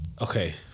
okay